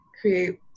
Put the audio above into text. create